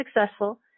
successful